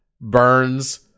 Burns